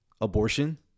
Abortion